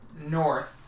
north